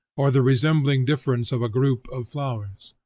or the resembling difference of a group of flowers.